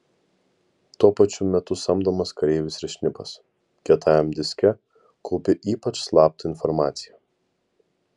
tuo pačiu metu samdomas kareivis ir šnipas kietajam diske kaupi ypač slaptą informaciją